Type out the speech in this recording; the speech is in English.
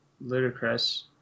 ludicrous